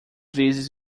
vezes